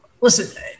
Listen